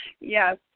Yes